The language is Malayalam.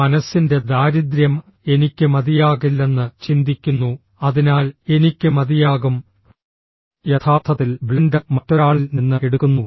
മനസ്സിന്റെ ദാരിദ്ര്യംഃ എനിക്ക് മതിയാകില്ലെന്ന് ചിന്തിക്കുന്നു അതിനാൽ എനിക്ക് മതിയാകും യഥാർത്ഥത്തിൽ ബ്ലെൻഡർ മറ്റൊരാളിൽ നിന്ന് എടുക്കുന്നു